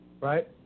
right